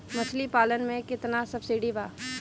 मछली पालन मे केतना सबसिडी बा?